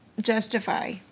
justify